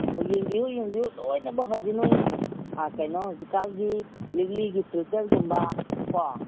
ꯑꯣ ꯌꯦꯡꯕꯤꯌꯨ ꯌꯦꯡꯕꯤꯌꯨ ꯂꯣꯏꯃꯛ ꯍꯧꯖꯤꯛ ꯅꯣꯏ ꯀꯩꯅꯣ ꯍꯧꯖꯤꯛꯀꯥꯟꯒꯤ ꯂꯤꯛꯂꯤꯒꯤ ꯐꯤꯜꯇꯔꯒꯨꯝꯕ ꯀꯣ